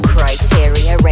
Criteria